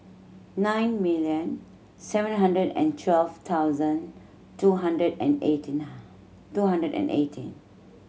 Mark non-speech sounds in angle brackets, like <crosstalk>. nine million seven hundred and twelve thousand two hundred and eighteen <unintelligible> two hundred and eighteen